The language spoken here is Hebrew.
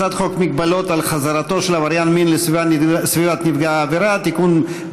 הצעת חוק מגבלות על חזרתו של עבריין מין לסביבת נפגע העבירה (תיקון,